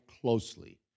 closely